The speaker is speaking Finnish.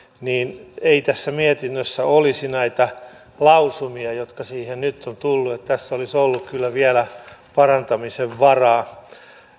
niin ei tässä mietinnössä olisi näitä lausumia jotka siihen nyt ovat tulleet niin että tässä olisi ollut kyllä vielä parantamisen varaa